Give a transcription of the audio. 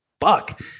fuck